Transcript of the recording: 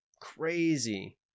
crazy